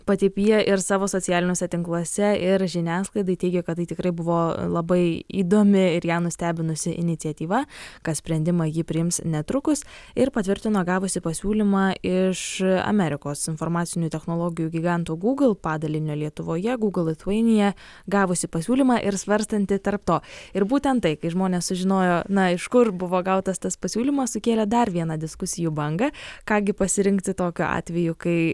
pati pija ir savo socialiniuose tinkluose ir žiniasklaidai teigė kad tai tikrai buvo labai įdomi ir ją nustebinusi iniciatyva kad sprendimą ji priims netrukus ir patvirtino gavusi pasiūlymą iš amerikos informacinių technologijų giganto google padalinio lietuvoje google lithuania gavusi pasiūlymą ir svarstanti tarp to ir būtent tai kai žmonės sužinojo na iš kur buvo gautas tas pasiūlymas sukėlė dar vieną diskusijų bangą ką gi pasirinkti tokiu atveju kai